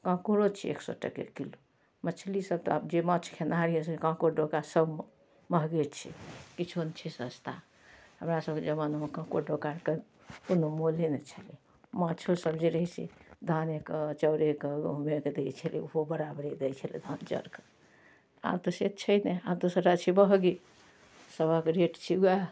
काँकोड़ो छै एक सओ टके किलो मछलीसब तऽ आब जे माँछ खेनिहार यऽ से तऽ काँकोड़ डोकासब महगे छै किछु नहि छै सस्ता हमरासभके जमानामे काँकोड़ डोका सबके कोनो मोले नहि छलै माँछोसब जे रहै से धानेके चाउरेके गहूमोके दै छलै ओहो बराबरे दै छलै धान चाउरके आब तऽ से छै नहि आब तऽ सबटा छै महगे सबके रेट छै वएह